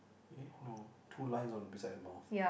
eh no two lines on beside the mouth